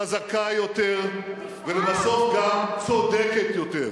חזקה יותר, ובסוף גם צודקת יותר.